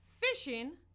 fishing